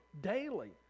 daily